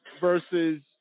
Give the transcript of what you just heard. versus